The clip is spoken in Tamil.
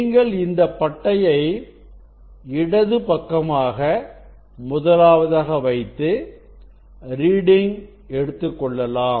நீங்கள் இந்தப் பட்டையை இடது பக்கமாக முதலாவதாக வைத்து ரீடிங் எடுத்துக்கொள்ளலாம்